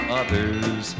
others